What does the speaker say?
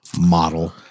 model